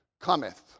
cometh